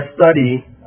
study